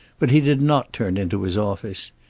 but he did not turn into his office.